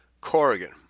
Corrigan